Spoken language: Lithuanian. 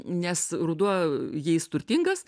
nes ruduo jais turtingas